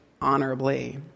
honorably